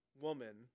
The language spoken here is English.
woman